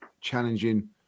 challenging